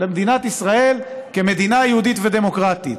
"למדינת ישראל כמדינה יהודית ודמוקרטית".